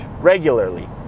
regularly